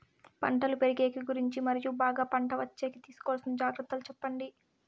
పంటలు పెరిగేకి గురించి మరియు బాగా పంట వచ్చేకి తీసుకోవాల్సిన జాగ్రత్త లు సెప్పండి?